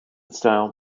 style